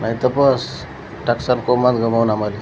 नाहीतर बस टाकसाल कोमात गमवून आमाले